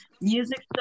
music